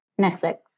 Netflix